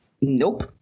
Nope